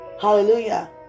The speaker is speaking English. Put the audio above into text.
Hallelujah